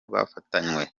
bafatanywe